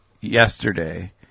yesterday